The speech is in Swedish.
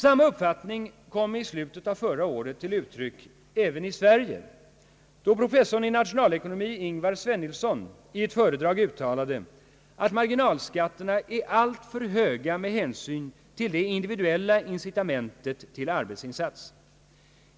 Samma uppfattning kom i slutet av förra året till uttryck även i Sverige då professorn i nationalekonomi Ingvar Svennilson i ett föredrag uttalade att marginalskatterna är alltför höga med hänsyn till det individuella incitamentet till arbetsinsatsen.